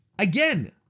Again